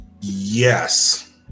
Yes